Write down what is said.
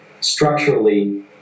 structurally